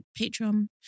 Patreon